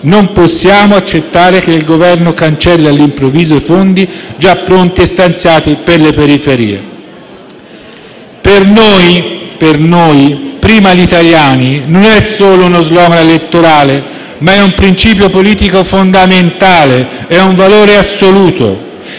Non possiamo accettare che il Governo cancelli all'improvviso i fondi già pronti e stanziati per le periferie. Per noi "Prima gli italiani" non è solo uno *slogan* elettorale, ma è un principio politico fondamentale, è un valore assoluto.